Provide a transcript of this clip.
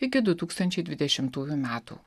iki du tūkstančiai dvidešimtųjų metų